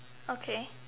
okay